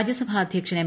രാജ്യസഭാ അധ്യക്ഷൻ എം